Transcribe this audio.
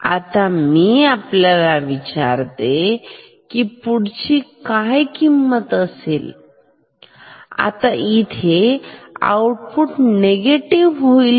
आता मी आपल्याला विचारतो की पुढची काय किंमत असेल आता इथे आउटपुट निगेटिव्ह होईल का